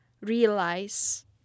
realize